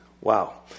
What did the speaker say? Wow